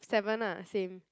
seven uh same